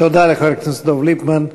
תודה לחבר הכנסת דב ליפמן.